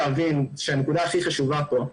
הנקודה הכי חשובה פה,